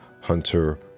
Hunter